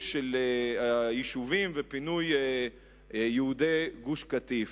מהיישובים ואת פינוי יהודי גוש-קטיף.